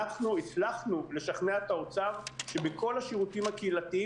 אנחנו הצלחנו לשכנע את האוצר שבכל השירותים הקהילתיים